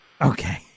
Okay